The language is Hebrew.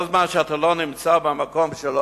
כל זמן שאתה לא נמצא במקום שלו,